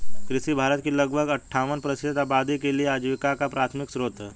कृषि भारत की लगभग अट्ठावन प्रतिशत आबादी के लिए आजीविका का प्राथमिक स्रोत है